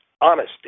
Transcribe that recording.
honesty